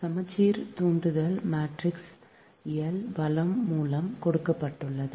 சமச்சீர் தூண்டல் matrix L வலது மூலம் கொடுக்கப்பட்டுள்ளது